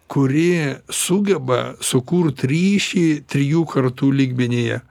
kuri sugeba sukurt ryšį trijų kartų lygmenyje